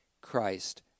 Christ